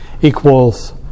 equals